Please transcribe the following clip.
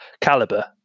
calibre